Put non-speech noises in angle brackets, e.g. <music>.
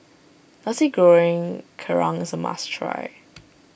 Nasi Goreng Kerang is a must try <noise>